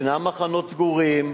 ישנם מחנות סגורים,